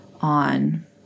on